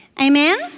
Amen